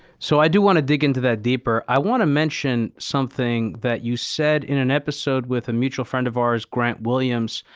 so, i do want to dig into that deeper. i want to mention something that you said in an episode with a mutual friend of ours, grant williams,